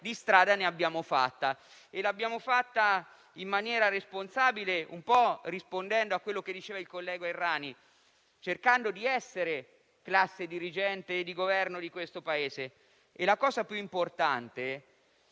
di strada ne abbiamo fatta. L'abbiamo fatta in maniera responsabile - e rispondo al collega Errani - cercando di essere classe dirigente e di governo di questo Paese. La cosa più importante